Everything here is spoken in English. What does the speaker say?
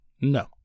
No